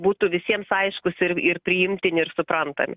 būtų visiems aiškūs ir ir priimtini ir suprantami